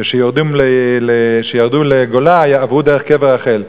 כשהם ירדו לגולה הם עברו דרך קבר רחל.